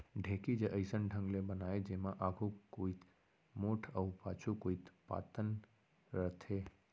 ढेंकी ज अइसन ढंग ले बनाथे जेमा आघू कोइत मोठ अउ पाछू कोइत पातन रथे